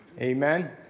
Amen